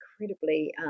incredibly